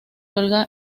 olga